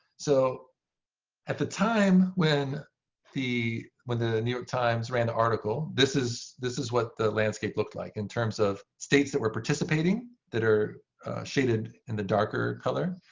so at the time when the when the new york times ran the article, this is this is what the landscape looked like in terms of states that were participating that are shaded in the darker color.